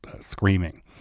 screaming